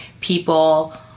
people